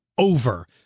Over